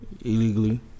illegally